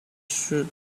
shoot